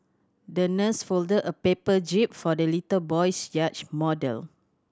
the nurse folded a paper jib for the little boy's yacht model